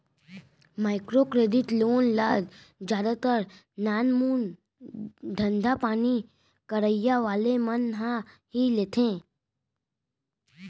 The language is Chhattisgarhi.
माइक्रो क्रेडिट लोन ल जादातर नानमून धंधापानी करइया वाले मन ह ही लेथे